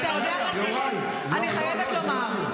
אני חייבת לומר.